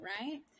right